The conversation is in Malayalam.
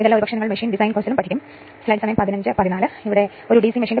15 ആമ്പിയർ അതിനാൽ I 0 IC 2 I m 2 ന്റെ വർഗ്ഗമൂലം ആണ് അതിനാൽ ഇത് 1